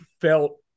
felt